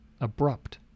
abrupt